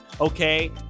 okay